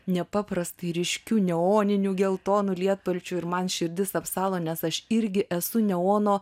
nepaprastai ryškiu neoniniu geltonu lietpalčiu ir man širdis apsalo nes aš irgi esu neono